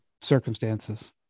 circumstances